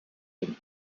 den